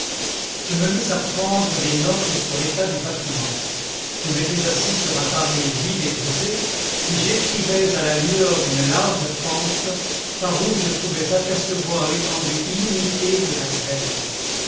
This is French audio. je me mis à prendre des notes sur l'état du bâtiment je m'étais assis sur un baril vide et brisé et j'écrivais à la lueur d'une large fente par où je pouvais apercevoir l'étendue illimitée de la grève